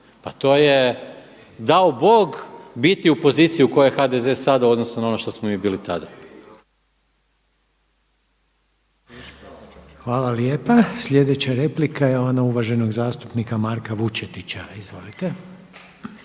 Pa to je, dao Bog biti u poziciji u kojoj je HDZ sada u odnosu na ono što smo mi bili tada. **Reiner, Željko (HDZ)** Hvala vam lijepa. Sljedeća replika je ona uvaženog zastupnika Marka Vučetića. Izvolite.